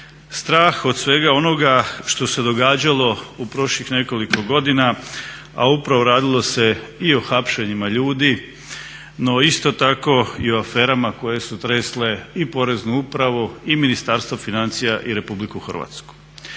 strah od svega onoga što se događalo u prošlih nekoliko godina, a radilo se i o hapšenjima ljudi no isto tako i o aferama koje su tresle i Poreznu upravu i Ministarstvo financija i RH.